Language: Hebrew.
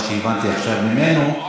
מה שהבנתי עכשיו ממנו,